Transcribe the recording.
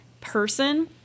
person